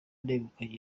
negukanye